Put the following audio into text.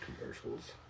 Commercials